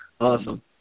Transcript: awesome